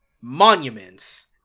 Monuments